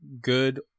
good